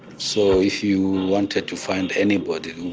so if you wanted to find anybody